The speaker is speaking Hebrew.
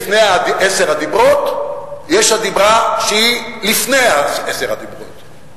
לפני עשרת הדיברות יש הדיבר שהוא לפני עשרת הדיברות,